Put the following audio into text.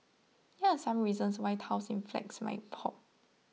here are some reasons why tiles in flats may pop